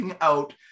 out